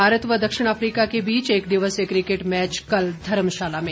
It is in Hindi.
भारत व दक्षिण अफ्रीका के बीच एक दिवसीय किकेट मैच कल धर्मशाला में